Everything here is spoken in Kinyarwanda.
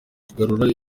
kugarura